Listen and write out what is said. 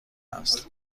است